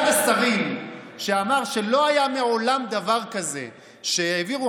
אחד השרים אמר שלא היה מעולם דבר כזה שהעבירו